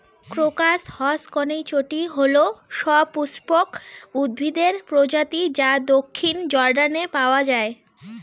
crocus হসকনেইচটি হল সপুষ্পক উদ্ভিদের প্রজাতি যা দক্ষিণ জর্ডানে পাওয়া য়ায়